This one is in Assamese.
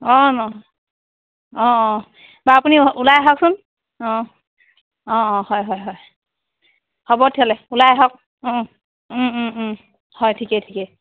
অ অ বাউ আপুনি ওলাই আহকচোন অ অ অ হয় হয় হয় হ'ব তেতিয়াহ'লে ওলাই আহক হয় ঠিকেই ঠিকেই